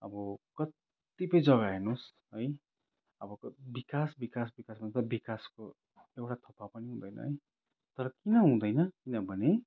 अब कत्तिपय जग्गा हेर्नुहोस् है अब विकास विकास विकास भन्छ विकासको एउटा पनि हुँदैन है तर किन हुँदैन किनभने